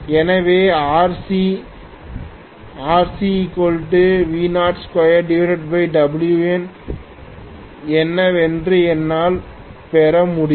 எனவே Rc Rcv02n என்னவென்று என்னால் பெற முடியும்